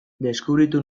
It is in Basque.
deskubritu